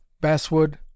basswood